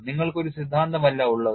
നിങ്ങൾക്ക് ഒരു സിദ്ധാന്തമല്ല ഉള്ളത്